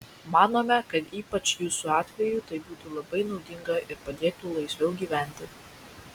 manome kad ypač jūsų atveju tai būtų labai naudinga ir padėtų laisviau gyventi